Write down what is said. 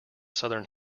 southern